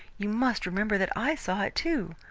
you must remember that i saw it, too.